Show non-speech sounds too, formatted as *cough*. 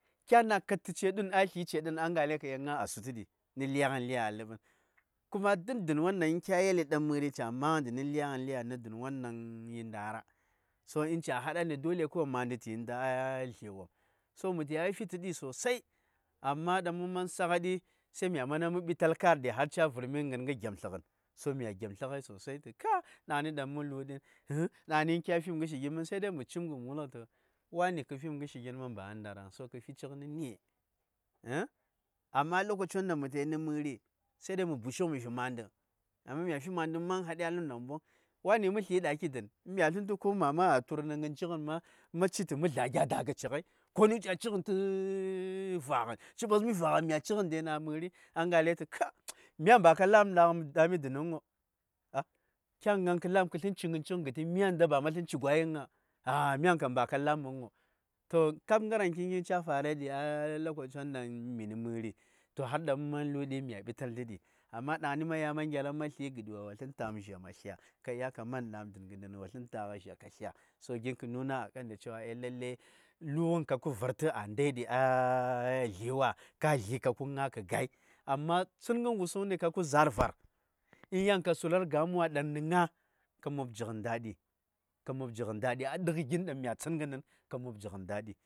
Kya na kadshi ke ɗun, tə na sl ce ɗun ya:ngalai kha nga a sutuɠi nə lya-gən lya a ləbən, kuma duk dən won ɗan kya yeli dan mə:ri ca ma:ngəndi nə lya-gən lya, nə dən won ɗan yi nda:ra: so in kya hada ni dole ma:nɗi tə yi nda a zle wopm.so mə ta ya: fi ci:yi sosai. Amma daŋ mə ma:n saghatɗi, sai mya manda mə ɓital ka:r ɗi har ca: vər mi gəngh gyomdləgən, so mya gyomslə ghai sosai tu ka, ɗangni ɗaŋ mə lu:ɗi *unintelligible* dangi kya fim ngərshi gin mən, sai dai mə wulgh tu, wa:ni kə fim ngərshi gin mən, ba a ndarang to kə fi cik nəni? *hesitation* Amma lokaci won ɗaŋ mə ta yi nə məri, sai dai mə bushughai mə fi ma:ndə, amma mya fi ma:ndə ma hadai a ləb namboŋ wa:ni mə sli ɗaki dən, mya slə tu yan mama a tu:r ngin-cigən, ma ci mə zla gya da:gaci-ghai, konu ca ci-gən tə *hesitation* va:gən, ci ɓasmi va:gən mya ci-gənde na məri, a ngalai tu ka, mya:n ba ka la:pm da:mi dəingho *hesitation* kya:n kə slən ci gəncighən gəti mya:n da ma slən ci gwai vəŋ-gha? *hesitation* mya:n kam ka la:pm vhn. To kap ngaranki gin ca: fara ɗi lokaci won ɗaŋ mə ta yi nə mə:ri, hàr dan mə man lu:di mya ɓital mhi. Amma ɗangni ma ɗya mə gyalang mə stl da:gh dən, gitdi-wa slən ngam zha mə slya, ka dya kah man dahn dhn gitɠen wo ngagh zha kə slya. to gin kə nuna a kan da cewa lalle, lu:gən kapkə farkoi a ndai dhi a *hesitation* zliwa, kai, ngirshe tən mha tà gai, ‘amma’ tsingən wusəngni kap-kh za:r kam, in yan kha sula:r gam wa dan kə nga kah mop jigən dadi-ka mop jigən dadi a raiwa, lhbi gin dan mh-gha tsingənghai, ks mop jigən dadi.